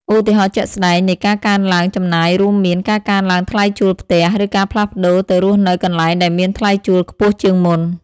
ឧទាហរណ៍ជាក់ស្ដែងនៃការកើនឡើងចំណាយរួមមាន ការកើនឡើងថ្លៃជួលផ្ទះ ឬការផ្លាស់ប្ដូរទៅរស់នៅកន្លែងដែលមានថ្លៃជួលខ្ពស់ជាងមុន។